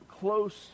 close